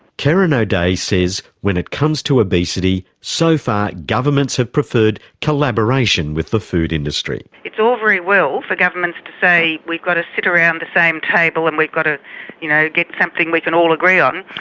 kerin o'dea says when it comes to obesity, so far governments have preferred collaboration with the food industry. it's all very well for governments to say we've got to sit around the same table and we've got to you know get something we can all agree on,